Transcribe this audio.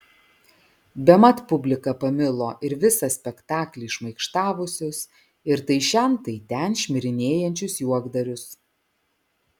bemat publika pamilo ir visą spektaklį šmaikštavusius ir tai šen tai ten šmirinėjančius juokdarius